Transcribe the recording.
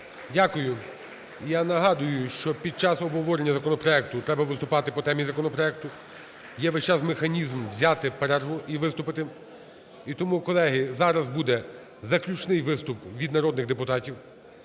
Дякую. І я нагадаю, що під час обговорення законопроекту треба виступати по темі законопроекту. Є весь час механізм взяти перерву і виступити. І тому, колеги, зараз буде заключний виступ від народних депутатів. Євтушок